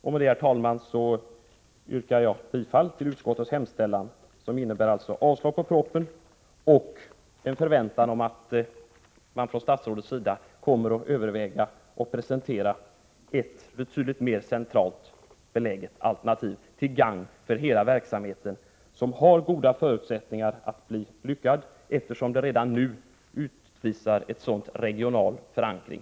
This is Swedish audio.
Med detta, herr talman, yrkar jag bifall till utskottets hemställan, som alltså innebär avstyrkan av propositionen och en förväntan om att statsrådet kommer att överväga och presentera ett betydligt mer centralt beläget alternativ — till gagn för hela verksamheten, eftersom den redan nu uppvisar en så god regional förankring.